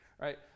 right